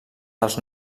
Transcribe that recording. dels